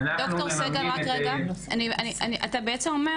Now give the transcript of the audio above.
אתה בעצם אומר